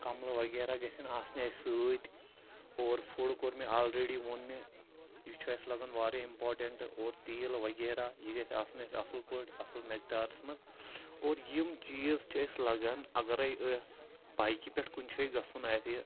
کَملہٕ وغیرہ گژھیٚن آسنہِ اسہِ سۭتۍ اور فوٗڈ کوٚر مےٚ آلریڈی ووٚن مےٚ یہِ چھُ اسہِ لَگان واریاہ اِمپارٹیٚنٹہٕ اوٗر تیٖل وغیرہ یہِ گژھہِ آسُن اسہِ اصٕل پٲٹھۍ اصٕل میٚقدارَس منٛز اور یِم چیٖز چھِ أسہِ لَگان اَگَرے أسۍ بایکہِ پٮ۪ٹھ کُنہِ شایہِ گژھُن آسہِ